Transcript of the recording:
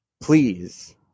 please